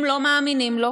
הם לא מאמינים לו,